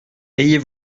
ayez